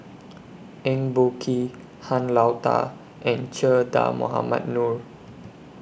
Eng Boh Kee Han Lao DA and Che Dah Mohamed Noor